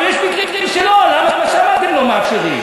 אבל יש מקרים שלא, למה שם אתם לא מאפשרים?